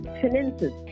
finances